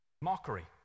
Mockery